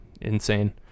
insane